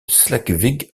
schleswig